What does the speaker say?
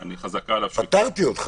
אני רוצה לתקן את הדברים